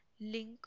link